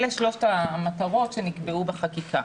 אלה שלושת המטרות שנקבעו בחקיקה.